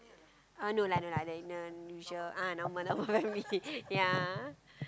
uh no lah no lah no the usual ah normal normal family yeah